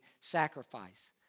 sacrifice